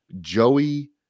Joey